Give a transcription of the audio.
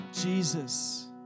Jesus